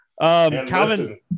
Calvin